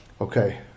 okay